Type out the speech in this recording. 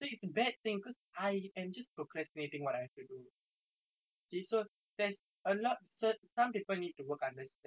you see so there's a lot cer~ some people need to work under stress so that they will complete their work they will they will do what they are suppose to do